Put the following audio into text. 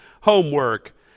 homework